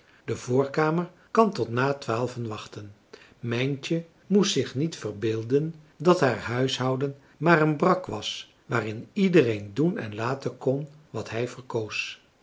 de voorkamer kan tot na twaalven wachten mijntje moest zich niet verbeelden dat haar huishouden maar een brak was waarin iedereen doen en laten kon wat hij verkoos